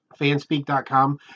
Fanspeak.com